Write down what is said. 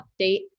update